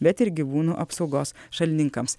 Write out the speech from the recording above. bet ir gyvūnų apsaugos šalininkams